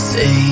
Say